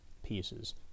pieces